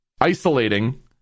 isolating